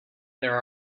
there